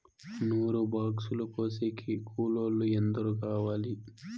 నూరు బాక్సులు కోసేకి కూలోల్లు ఎందరు కావాలి?